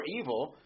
evil